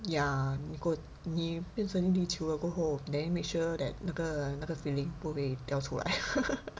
ya 你过你变成一粒球了过后 then make sure that 那个那个 filling 不会掉出来